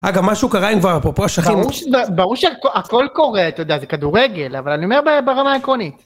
אגב, משהו קרה עם כבר אפרופו? ברור שהכל קורה, אתה יודע, זה כדורגל, אבל אני אומר ברמה עקרונית.